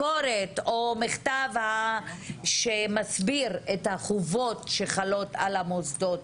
או מכתב שמסביר את החובות שחלות על המוסדות